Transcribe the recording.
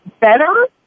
better